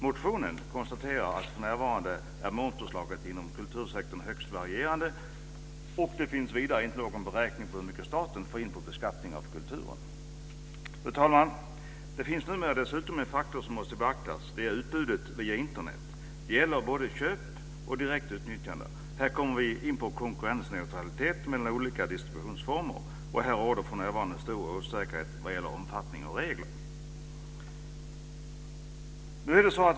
Motionen konstaterar att momspåslaget inom kultursektorn för närvarande är högst varierande, och det finns vidare ingen beräkning på hur mycket staten får in på beskattning av kulturen. Fru talman! Det finns numera en faktor som måste beaktas, nämligen utbudet via Internet. Det gäller både köp och direktutnyttjande. Här kommer vi in på konkurrensneutralitet mellan olika distributionsformer. Här råder för närvarande stor osäkerhet vad gäller omfattning och regler.